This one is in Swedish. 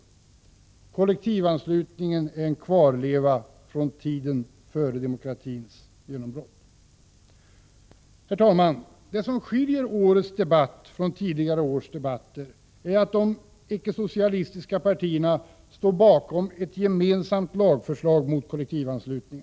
Kollektivanslutningen är en kvarleva från tiden före demokratins genombrott. Herr talman! Det som skiljer årets debatt från tidigare års debatter är att de icke-socialistiska partierna nu står bakom ett gemensamt lagförslag mot kollektivanslutningen.